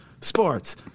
sports